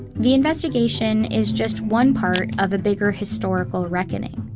the investigation is just one part of a bigger historical reckoning.